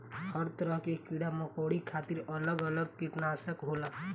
हर तरह के कीड़ा मकौड़ा खातिर अलग अलग किटनासक होला